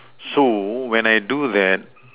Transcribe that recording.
so when I do that